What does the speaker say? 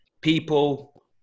people